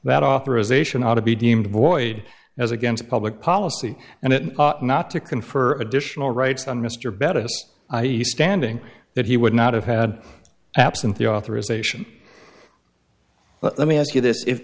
that authorization ought to be deemed void as against public policy and it ought not to confer additional rights on mr bettis i e standing that he would not have had absent the authorization but let me ask you this if